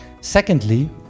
Secondly